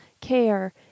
care